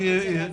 להציג?